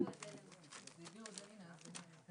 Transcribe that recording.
אטון מנהלת גישור בין דורי,